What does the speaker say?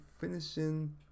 finishing